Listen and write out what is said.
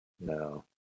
No